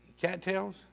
cattails